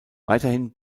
weiterhin